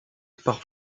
par